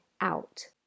out